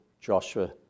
Joshua